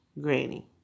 Granny